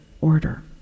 order